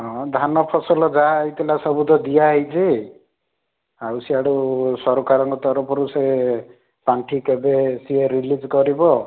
ହଁ ଧାନ ଫସଲ ଯାହା ହେଇଥିଲା ସବୁ ତ ଦିଆହେଇଛି ଆଉ ସିଆଡ଼ୁ ସରକାରଙ୍କ ତରଫରୁ ସେ ପାଣ୍ଠି କେବେ ସିଏ ରିଲିଜ୍ କରିବ